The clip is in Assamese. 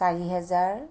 চাৰি হেজাৰ